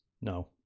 No